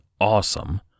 awesome